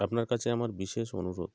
আপনার কাছে আমার বিশেষ অনুরোধ